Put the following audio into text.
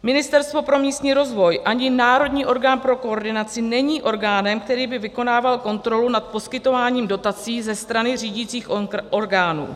Ministerstvo pro místní rozvoj ani národní orgán pro koordinaci není orgánem, který by vykonával kontrolu nad poskytováním dotací ze strany řídicích orgánů.